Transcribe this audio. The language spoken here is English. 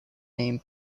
name